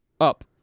up